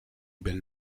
belle